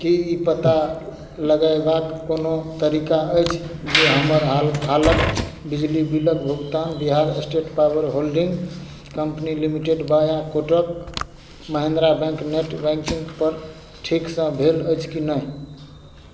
की ई पता लगयबाक कोनो तरीका अछि जे हमर हालक बिजली बिलक भुगतान Bihar state power holding company limited via Kotak Mahindra bank net बैंकिंगपर ठीकसँ भेल अछि कि नहि